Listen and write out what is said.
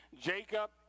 Jacob